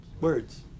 Words